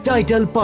Title